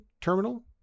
Terminal